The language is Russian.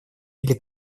или